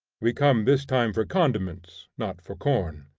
we came this time for condiments, not for corn.